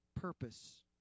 purpose